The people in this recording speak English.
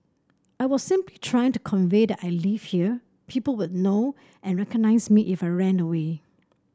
I was simply trying to convey that I lived here people would know and recognise me if I ran away